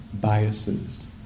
biases